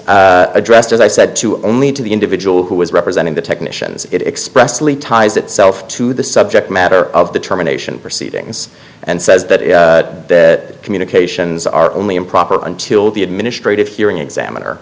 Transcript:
addressed as i said to only to the individual who is representing the technicians it expressly ties itself to the subject matter of the termination proceedings and says that communications are only improper until the administrative hearing examiner